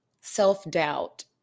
self-doubt